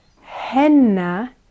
Henna